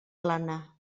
plana